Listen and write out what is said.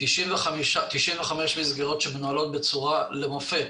95 מסגרות שמנוהלות למופת.